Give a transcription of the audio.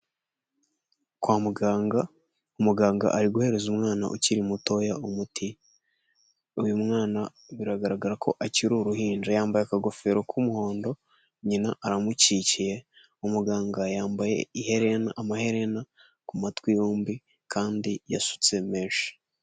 Kwa muganga umuganga ari guhereza umwana ukiri mutoya umuti, uyu mwana biragaragara ko akiri uruhinja yambaye akagofero k'umuhondo nyina aramuikikiye umuganga yambaye iherena, amaherena ku matwi yombi kandi yasutse menshi.